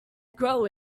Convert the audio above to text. grow